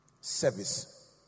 Service